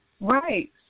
Right